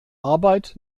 arbeit